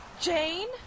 Jane